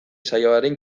saioaren